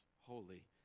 holy